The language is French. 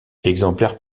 exemplaires